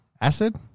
Acid